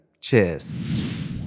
Cheers